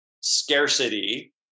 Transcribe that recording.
scarcity